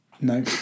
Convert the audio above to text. no